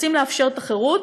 רוצים לאפשר חירות,